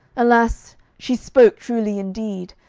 alas! she spoke truly indeed.